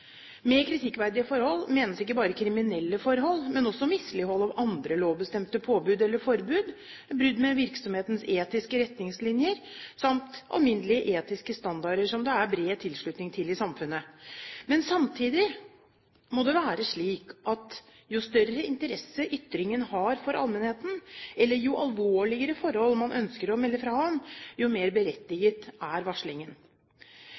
Med kritikkverdige forhold menes ikke bare kriminelle forhold, men også mislighold av andre lovbestemte påbud eller forbud, brudd med virksomhetens etiske retningslinjer samt alminnelige etiske standarder som det er bred tilslutning til i samfunnet. Men samtidig må det være slik at jo større interesse ytringen har for allmennheten, eller jo alvorligere forhold man ønsker å melde fra om, jo mer berettiget er varslingen.